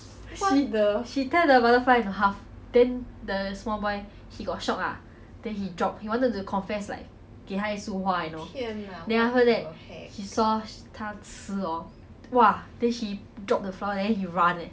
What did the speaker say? she she tear the butterfly into half then the small boy he got shock ah then he drop he wanted to confess like 给她一束花 you know then after that he saw 她吃 hor !wah! then he drop the flower then he run eh